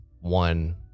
one